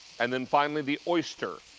and then finally the oyster.